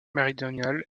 méridionale